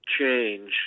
Change